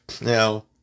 now